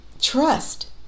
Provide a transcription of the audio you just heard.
trust